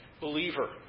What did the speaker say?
believer